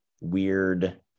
weird